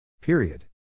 Period